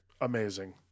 Amazing